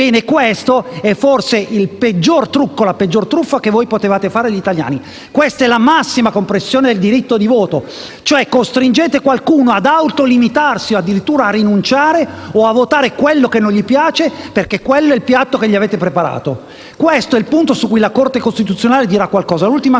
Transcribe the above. Questi sono forse il peggior trucco e la peggior truffa che voi potevate fare agli italiani; è la massima compressione del diritto di voto. Costringete qualcuno ad autolimitarsi o, addirittura, a rinunciare o a votare ciò che non gli piace, perché quello è il piatto che gli avete preparato. Ritengo che su questo punto la Corte costituzionale si esprimerà.